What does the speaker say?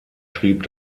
schrieb